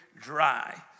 dry